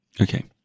Okay